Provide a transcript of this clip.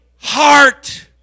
heart